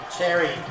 Cherry